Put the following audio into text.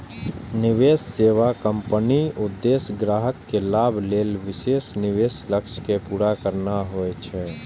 निवेश सेवा कंपनीक उद्देश्य ग्राहक के लाभ लेल विशेष निवेश लक्ष्य कें पूरा करना होइ छै